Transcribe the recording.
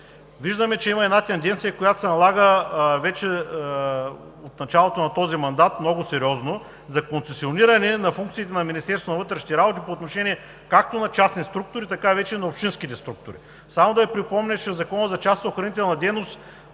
Виждаме, че има една тенденция, която се налага вече от началото на този мандат много сериозно – за концесиониране на функциите на Министерството на вътрешните работи по отношение както на частни структури, така вече и на общинските структури. Само да Ви припомня, че Законът за частно-охранителната дейност